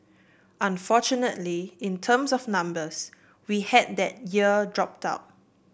unfortunately in terms of numbers we had that year drop out